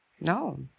no